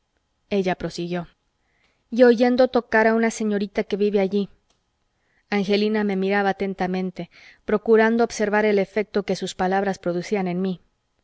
ella prosiguió y oyendo tocar a una señorita que vive allí angelina me miraba atentamente procurando observar el efecto que sus palabras producían en mí